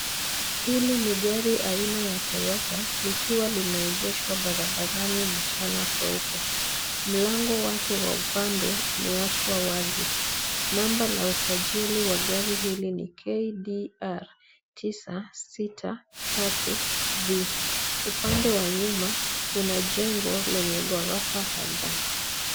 Hili ni gari aina ya Toyota, likiwa limegeeshwa barabarani mchana kweupe. Mlango wake wa upande umeachwa wazi. Namba la usajili wa gari hili ni KDR-963Z. Upande wa nyuma, kuna jengo lenye ghorofa kadhaa.